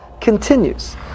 continues